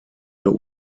der